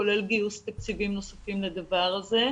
כולל גיוס תקציבים נוספים לדבר הזה.